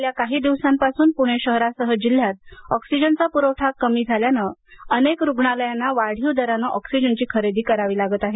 गेल्या काही दिवसांपासून पुणे शहरासह जिल्ह्यात ऑक्सिजनचा पुरवठा कमी झाल्यानं अनेक रुग्णालयांना वाढीव दरानं ऑक्सिजनची खरेदी करावी लागत आहे